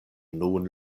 nun